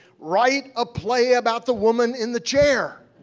write a play about the woman in the chair.